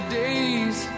days